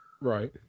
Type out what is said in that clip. Right